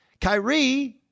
Kyrie